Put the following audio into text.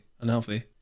Unhealthy